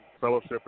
fellowship